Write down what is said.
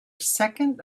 second